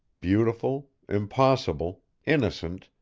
beautiful, impossible, innocent,